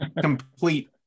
complete